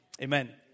Amen